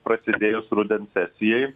prasidėjus rudens sesijai